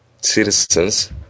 citizens